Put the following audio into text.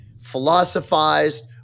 philosophized